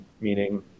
meaning